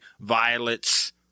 Violet's